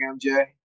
MJ